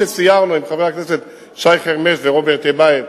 כשסיירנו עם חבר הכנסת שי חרמש ורוברט טיבייב